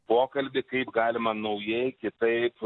pokalbį kaip galima naujai kitaip